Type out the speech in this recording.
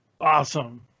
Awesome